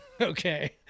okay